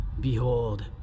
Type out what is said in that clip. behold